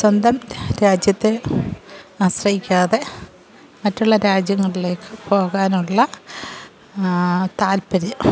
സ്വന്തം രാജ്യത്തെ ആശ്രയിക്കാതെ മറ്റുള്ള രാജ്യങ്ങളിലേക്ക് പോകാനുള്ള താല്പര്യം